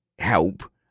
help